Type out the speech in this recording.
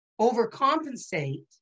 overcompensate